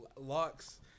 locks